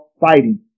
fighting